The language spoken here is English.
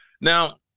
Now